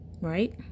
Right